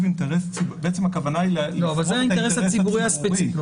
"אינטרס ציבורי" -- אבל זה האינטרס הציבורי הספציפי.